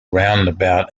roundabout